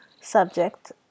subject